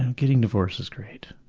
and getting divorced is great.